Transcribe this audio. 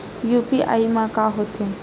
UPI मा का होथे?